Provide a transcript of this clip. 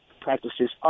practices